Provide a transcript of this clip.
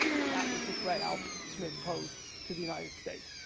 that was the threat al smith posed to the united states.